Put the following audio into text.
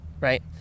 right